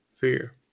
fear